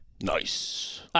Nice